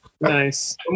Nice